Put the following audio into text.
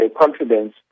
confidence